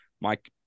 Mike